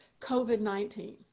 COVID-19